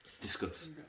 Discuss